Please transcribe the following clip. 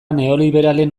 neoliberalen